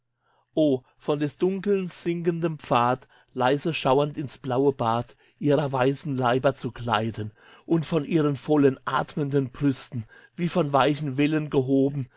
von des dunkels sinkendem pfad leise schauernd ins laue bad ihrer weißen leiber zu gleiten und von ihren vollen atmenden brüsten wie von weichen wellen gehoben